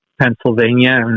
Pennsylvania